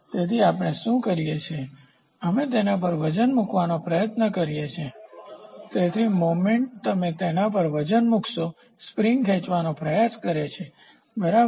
તેથી આપણે શું કરીએ છીએ અમે તેના પર વજન મૂકવાનો પ્રયત્ન કરીએ છીએ તેથી મુવમેન્ટ તમે તેના પર વજન મૂકશો સ્પ્રીંગ ખેંચવાનો પ્રયાસ કરે છે બરાબર